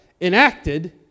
enacted